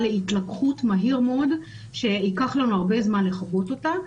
להתלקחות מהיר מאוד שייקח לנו הרבה זמן לכבות אותה,